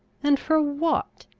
and for what?